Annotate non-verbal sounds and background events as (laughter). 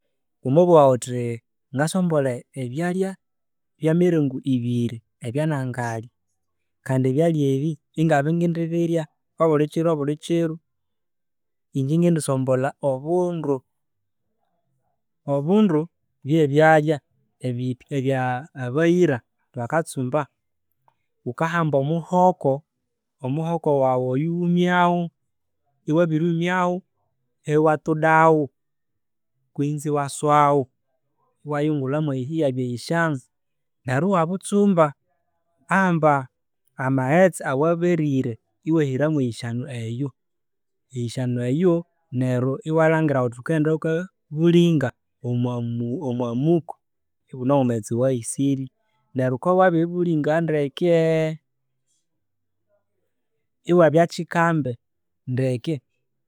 Wamabugha ghuthi ngasombolhe ebyalya bye miringu ibiri ebyanangabya ngalya, kandi ebyalya ebi inabya iningendibya ngabirya obulikiro bulhikiro, ingye iningendi sombolha obundu. Obundu byebyalya ebya abayira bakatsumba. Ghukahamba omuhoko, omuhoko wawu oyu iwumyawo, iwa buryumyawo, iwatudawo kwinzi iwaswawo iwayungulhawo mwa iyibya yisyano neryo iwa butsumba. Ahamba amaghetse, (unintelligible) iwahira mwa yisyano eyo, eyisyano eyo neryo iwalhngira uthi ghukaenda uka bulinga omwa muku ibune omwamaghetse owahisirye neryo ghukbya wabiribulinga ndeke (hesitation) ibwabya kyikambe ndeke.